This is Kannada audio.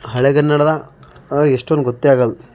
ಹಳೆಗನ್ನಡದ ಎಷ್ಟೊಂದು ಗೊತ್ತೇ ಆಗಲ್ದು